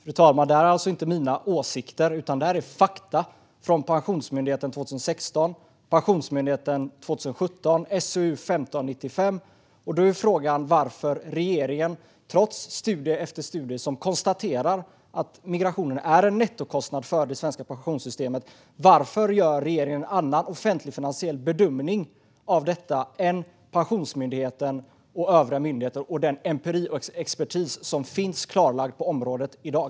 Fru talman! Det här är alltså inte mina åsikter utan det är fakta från Pensionsmyndigheten 2016 och 2017 samt SOU 2015:95. Trots att studie efter studie konstaterar att migrationen är en nettokostnad för det svenska pensionssystemet, varför gör regeringen en annan offentligfinansiell bedömning än Pensionsmyndigheten och övriga myndigheter samt den empiri och expertis som finns på området i dag?